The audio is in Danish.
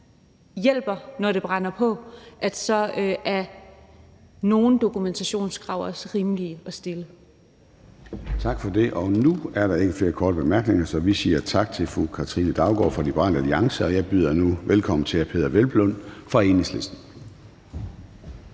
hjælper, når det brænder på, er nogle dokumentationskrav også rimelige at stille. Kl. 13:28 Formanden (Søren Gade): Tak for det. Nu er der ikke flere korte bemærkninger, så vi siger tak til fru Katrine Daugaard fra Liberal Alliance. Og jeg byder nu velkommen til hr. Peder Hvelplund fra Enhedslisten.